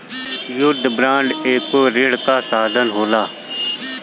युद्ध बांड एगो ऋण कअ साधन होला